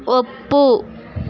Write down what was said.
ಒಪ್ಪು